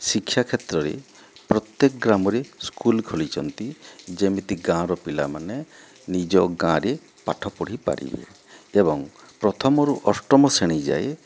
ଶିକ୍ଷା କ୍ଷେତ୍ରରେ ପ୍ରତ୍ୟେକ ଗ୍ରାମରେ ସ୍କୁଲ୍ ଖୋଲିଛନ୍ତି ଯେମିତି ଗାଁର ପିଲାମାନେ ନିଜ ଗାଁରେ ପାଠ ପଢ଼ିପାରିବେ ଏବଂ ପ୍ରଥମରୁ ଅଷ୍ଟମ ଶ୍ରେଣୀ ଯାଏଁ